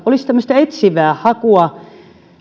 olisi tämmöistä etsivää hakua